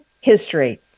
history